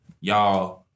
y'all